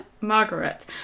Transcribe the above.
Margaret